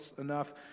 enough